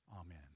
Amen